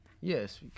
Yes